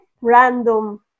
random